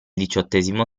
diciottesimo